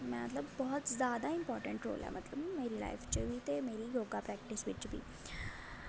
मतलब बहुत जैदा रोल ऐ मेरी लाईफ च बी ते मेरी योग प्रैक्टिस च बी